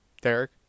Derek